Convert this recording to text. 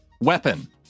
Weapon